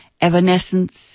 evanescence